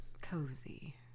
cozy